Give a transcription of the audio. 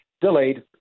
Delayed